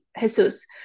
Jesus